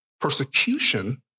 persecution